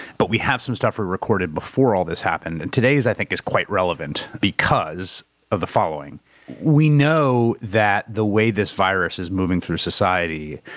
but we had some stuff we recorded before all this happened and today's, i think, is quite relevant because of the following we know that the way this virus is moving through society,